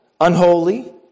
unholy